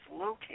located